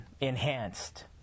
enhanced